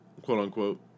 quote-unquote